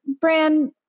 brand